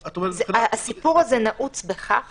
הסיפור הזה נעוץ בכך